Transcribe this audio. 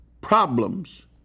problems